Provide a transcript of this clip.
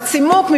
הצימוק,